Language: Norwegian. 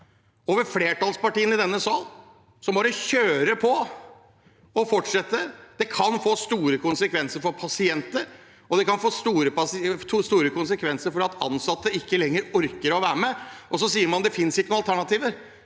over flertallspartiene i denne sal, som bare kjører på og fortsetter. Det kan få store konsekvenser for pasienter, og det kan få store konsekvenser fordi ansatte ikke lenger orker å være med. Man sier at det ikke finnes noen alternativer.